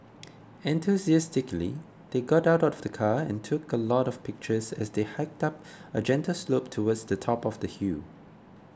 enthusiastically they got out of the car and took a lot of pictures as they hiked up a gentle slope towards the top of the hill